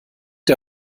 der